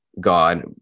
God